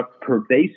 pervasive